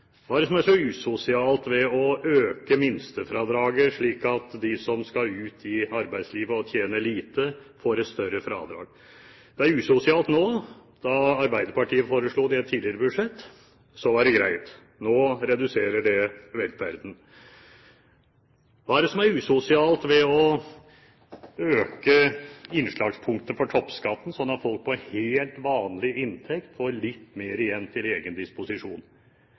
Hva er det som er så usosialt ved å øke minstefradraget, slik at de som skal ut i arbeidslivet og vil tjene lite, får et større fradrag? Det er usosialt nå. Da Arbeiderpartiet foreslo det i et tidligere budsjett, var det greit. Nå reduserer det velferden. Hva er det som er usosialt ved å heve innslagspunktet for toppskatten, slik at folk med helt vanlig inntekt får litt mer igjen til egen disposisjon?